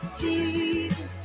Jesus